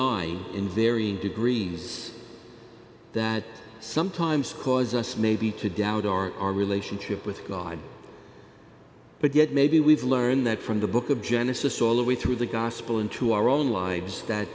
i in varying degrees that sometimes cause us maybe to doubt our our relationship with god but yet maybe we've learned that from the book of genesis all the way through the gospel into our own lives that